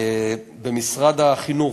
במשרד החינוך,